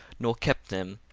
nor kept them,